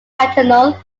paternal